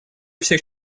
всех